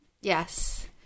Yes